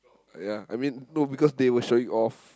ya I mean no because they were showing off